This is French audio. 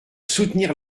soutenir